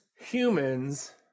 Humans